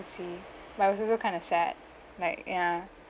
see but it was also kind of sad like ya